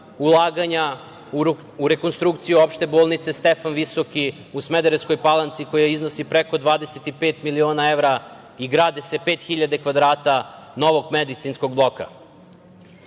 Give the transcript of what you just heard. ulaganja u rekonstrukciju opšte bolnice Stefan Visoki u Smederevskoj Palanci, koja iznosi preko 25 miliona evra i gradi se 5.000 kvadrata novog medicinskog bloka. Ono